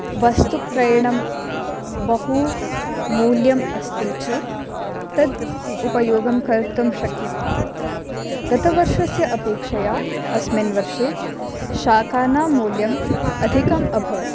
वस्तुक्रयणं बहु मूल्यम् अस्ति चेत् तत् उपयोगं कर्तुं शक्यते गतवर्षस्य अपेक्षया अस्मिन् वर्षे शाकानां मूल्यम् अधिकम् अभवत्